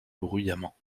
bruyamment